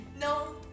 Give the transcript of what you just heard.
No